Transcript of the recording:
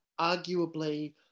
arguably